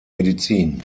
medizin